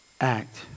Act